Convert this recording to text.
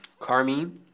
karmi